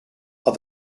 are